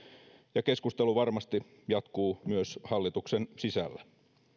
ja keskustelu varmasti jatkuu myös hallituksen sisällä